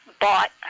bought